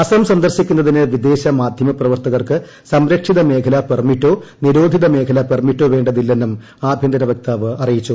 അസ്സം സന്ദർശിക്കുന്നതിന് വിദേശ മാധ്യമ പ്രവർത്തകർക്ക് സംരക്ഷിത മേഖലാ പെർമിറ്റോ നിരോധിത മേഖലാ പെർമിറ്റോ വേണ്ടതില്ലെന്നും ആഭ്യന്തരവക്താവ് അറിയിച്ചു